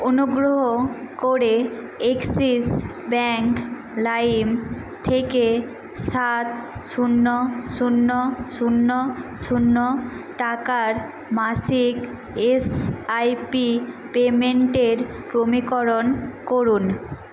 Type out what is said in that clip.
অনুগ্রহ করে Axis bank লাইম থেকে সাত শূন্য শূন্য শূন্য শূন্য টাকার মাসিক এসআইপি পেমেন্টের প্রমীকরণ করুন